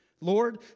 Lord